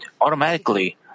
automatically